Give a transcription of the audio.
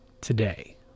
today